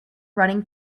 running